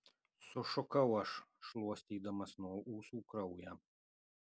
sušukau aš šluostydamas nuo ūsų kraują